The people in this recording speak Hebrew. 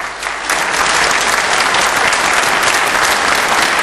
(מחיאות כפיים)